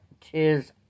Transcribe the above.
tis